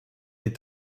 est